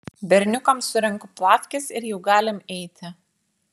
berniukams surenku plafkes ir jau galim eiti